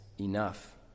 enough